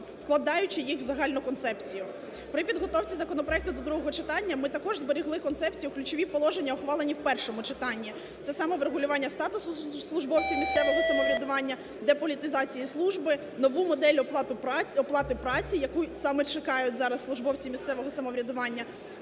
вкладаючи їх в загальну концепцію. При підготовці законопроекту до другого читання ми також зберегли концепцію ключові положення ухвалені в першому читанні. Це самоврегулювання статусу службовців місцевого самоврядування, деполітизації служби, нову модель оплати праці, яку саме чекають зараз службовці місцевого самоврядування,